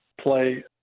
play